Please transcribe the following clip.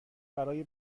برای